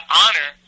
honor